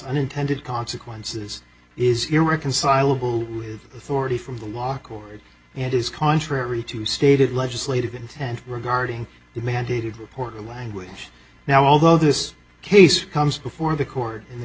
unintended consequences is irreconcilable authority from the law court and is contrary to stated legislative intent regarding the mandated reporter language now although this case comes before the court in the